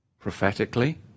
Prophetically